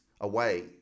away